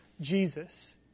Jesus